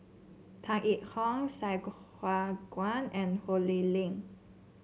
Tan Yee Hong Sai Hua Kuan and Ho Lee Ling